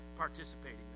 participating